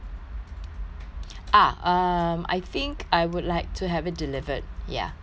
ah um I think I would like to have it delivered ya yes